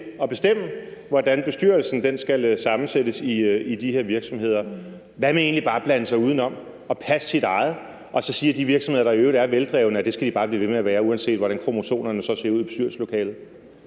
at bestemme, hvordan bestyrelsen skal sammensættes i de her virksomheder. Hvad med egentlig bare at blande sig udenom, passe sit eget og så sige, at de virksomheder, der i øvrigt er veldrevne, bare skal blive ved med at være det, uanset hvordan kromosomerne så ser ud i bestyrelseslokalet?